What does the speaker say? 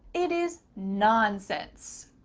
it is nonsense.